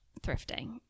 thrifting